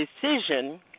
decision –